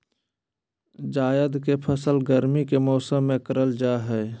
जायद के फसल गर्मी के मौसम में करल जा हइ